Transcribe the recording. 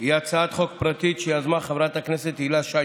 היא הצעת חוק פרטית שיזמה חברת הכנסת הילה שי